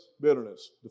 bitterness